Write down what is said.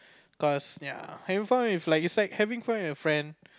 cause ya having fun with it's like having fun with your friend